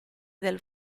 del